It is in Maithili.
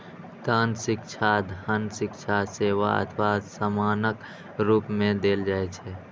दान शिक्षा, धन, भिक्षा, सेवा अथवा सामानक रूप मे देल जाइ छै